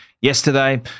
yesterday